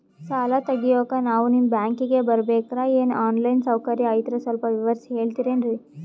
ಸಾಲ ತೆಗಿಯೋಕಾ ನಾವು ನಿಮ್ಮ ಬ್ಯಾಂಕಿಗೆ ಬರಬೇಕ್ರ ಏನು ಆನ್ ಲೈನ್ ಸೌಕರ್ಯ ಐತ್ರ ಸ್ವಲ್ಪ ವಿವರಿಸಿ ಹೇಳ್ತಿರೆನ್ರಿ?